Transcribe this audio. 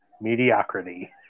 mediocrity